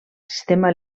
sistema